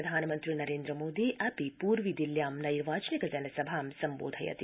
प्रधानमन्त्रीनरेन्द्र मोदी अपि पूर्वी दिल्ल्यां नैर्वाचनिक जनसभा सम्बोधयति